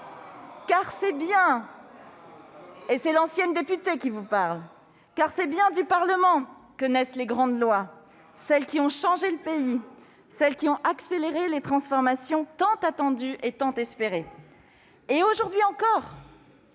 En effet, et c'est l'ancienne députée qui vous parle, c'est bien du Parlement que naissent les grandes lois, ... Du Sénat !... celles qui ont changé le pays, celles qui ont accéléré les transformations tant attendues et tant espérées. Et aujourd'hui encore,